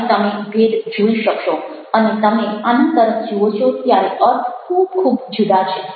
અને તમે ભેદ જોઈ શકશો અને તમે આના તરફ જુઓ છો ત્યારે અર્થ ખૂબ ખૂબ જુદા છે